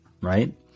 right